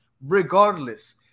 regardless